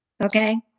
okay